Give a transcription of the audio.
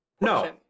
no